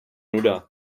nuda